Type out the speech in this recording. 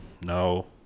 no